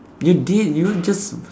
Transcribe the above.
you did you all just